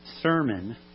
sermon